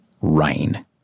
rain